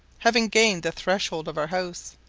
having gained the threshold of our house.